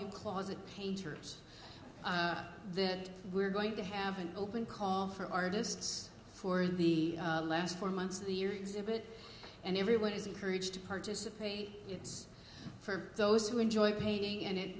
you closet painters that we're going to have an open call for artists for the last four months of the year exhibit and everyone is encouraged to participate for those who enjoy painting and